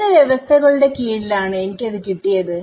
ഏത് വ്യവസ്ഥകളുടെ കീഴിൽ ആണ് എനിക്ക് അത് കിട്ടിയത്